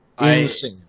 Insane